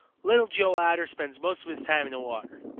little joe otter spends most of his time in the water.